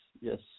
yes